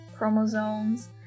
chromosomes